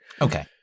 Okay